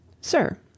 Sir